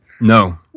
No